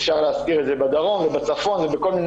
אפשר להזכיר את זה בדרום ובצפון ובכל מיני